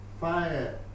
fire